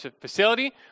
facility